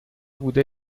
بوده